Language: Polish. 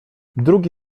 drugi